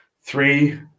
three